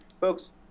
folks